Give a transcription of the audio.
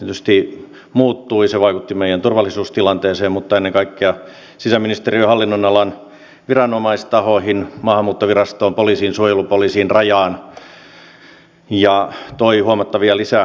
se vaikutti meidän turvallisuustilanteeseemme mutta ennen kaikkea sisäministeriön hallinnonalan viranomaistahoihin maahanmuuttovirastoon poliisiin suojelupoliisiin rajaan ja toi huomattavia lisäkuluja